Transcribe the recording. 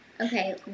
Okay